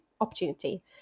opportunity